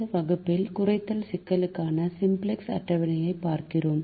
இந்த வகுப்பில் குறைத்தல் சிக்கல்களுக்கான சிம்ப்ளக்ஸ் அட்டவணையைப் பார்க்கிறோம்